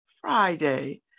Friday